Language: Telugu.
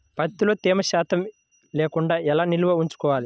ప్రత్తిలో తేమ శాతం లేకుండా ఎలా నిల్వ ఉంచుకోవాలి?